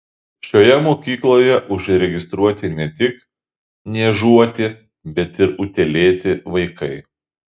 šioje mokykloje užregistruoti ne tik niežuoti bet ir utėlėti vaikai